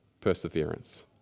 perseverance